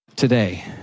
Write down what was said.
Today